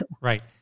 Right